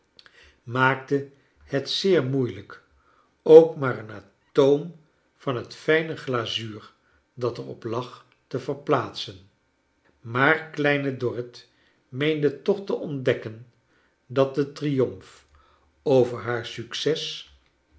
maakte het zeer moeilijk ook maar een atoom van het fijne glazuur dat er op lag te verplaatsen maar kleine dorrit meende toch te ontdekken dat de triomf over haar aucces